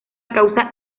causa